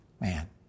Man